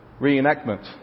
reenactment